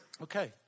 Okay